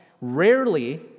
Rarely